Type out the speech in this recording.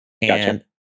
And-